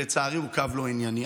שלצערי הוא קו לא ענייני.